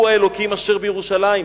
הוא האלוקים אשר בירושלים.